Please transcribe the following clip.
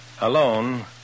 Alone